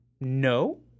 no